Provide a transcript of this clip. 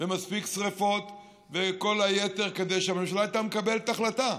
ומספיק שרפות וכל היתר כדי שהממשלה תקבל החלטה,